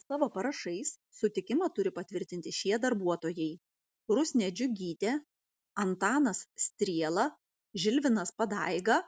savo parašais sutikimą turi patvirtinti šie darbuotojai rusnė džiugytė antanas striela žilvinas padaiga